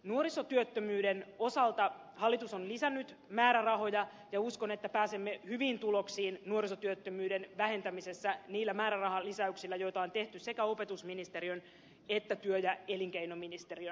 nuorisotyöttömyyden osalta hallitus on lisännyt määrärahoja ja uskon että pääsemme hyviin tuloksiin nuorisotyöttömyyden vähentämisessä niillä määrärahalisäyksillä joita on tehty sekä opetusministeriön että työ ja elinkeinoministeriön rahoitukseen